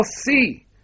see